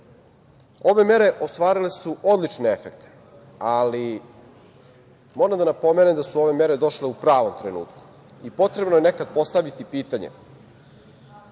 mere ostvarile su odlične efekte, ali moram da napomenem da su došle u pravom trenutku. Potrebno je nekad postaviti pitanje